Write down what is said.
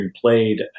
played